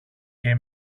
και